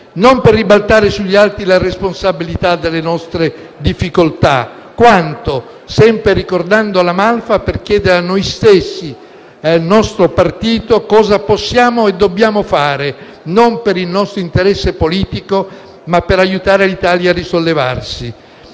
non per ribaltare sugli altri la responsabilità delle nostre difficoltà, quanto, sempre ricordando La Malfa, per chiedere a noi stessi e al nostro partito cosa possiamo e dobbiamo fare, non per il nostro interesse politico, ma per aiutare l'Italia a risollevarsi.